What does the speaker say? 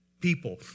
people